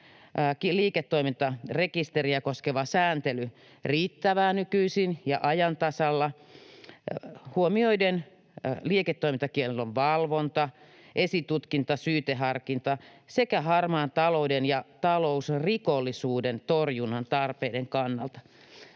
liiketoimintarekisteriä koskeva sääntely nykyisin riittävää ja ajan tasalla huomioiden liiketoimintakiellon valvonta, esitutkinta ja syyteharkinta sekä harmaan talouden ja talousrikollisuuden torjunnan tarpeiden kannalta.